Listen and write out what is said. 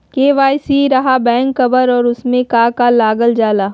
KYC रहा back cover और उसमें का का लागल जाला?